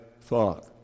thought